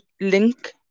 link